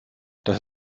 das